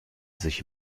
sich